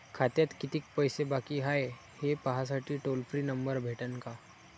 खात्यात कितीकं पैसे बाकी हाय, हे पाहासाठी टोल फ्री नंबर भेटन का?